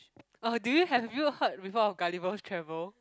orh do you have you heard before of Gulliver's-Travel